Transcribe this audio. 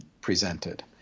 presented